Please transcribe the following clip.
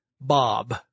Bob